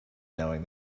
knowing